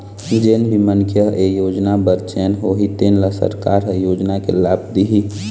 जेन भी मनखे ह ए योजना बर चयन होही तेन ल सरकार ह योजना के लाभ दिहि